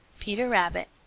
peter rabbit.